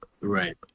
Right